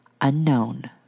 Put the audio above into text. unknown